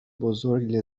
بزرگ